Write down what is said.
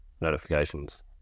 notifications